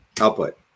output